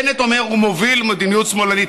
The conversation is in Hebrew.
בנט אומר: הוא מוביל מדיניות שמאלנית,